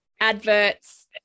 adverts